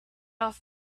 off